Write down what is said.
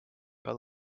aga